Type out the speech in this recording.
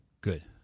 Good